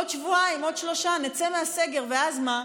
עוד שבועיים, עוד שלושה, נצא מהסגר, ואז מה?